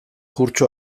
kurtso